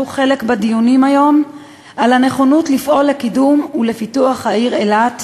בדיונים היום על הנכונות לפעול לקידום ולפיתוח העיר אילת,